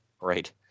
right